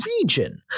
region